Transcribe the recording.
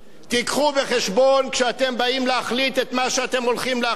הביאו בחשבון כשאתם באים להחליט את מה שאתם הולכים להחליט,